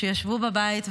שישבו בבית,